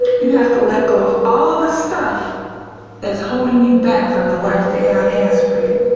you have to let go of all of the stuff that's holding you back from the life that god has for you.